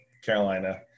Carolina